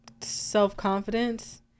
self-confidence